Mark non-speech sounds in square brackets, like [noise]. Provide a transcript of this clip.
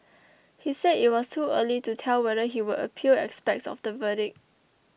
[noise] he said it was too early to tell whether he would appeal aspects of the verdict